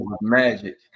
Magic